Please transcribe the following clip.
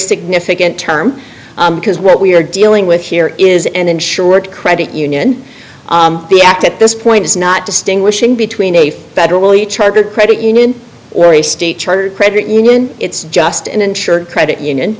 significant term because what we're dealing with here is an insured credit union the act at this point is not distinguishing between a federally chartered credit union or a state chartered credit union it's just an insured credit union